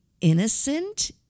innocent